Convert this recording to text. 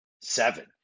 Seven